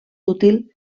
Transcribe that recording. útil